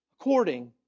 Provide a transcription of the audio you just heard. according